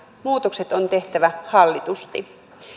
muutokset on tehtävä hallitusti